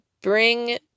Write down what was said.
bring